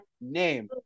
name